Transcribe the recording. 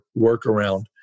workaround